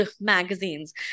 magazines